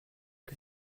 que